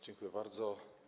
Dziękuję bardzo.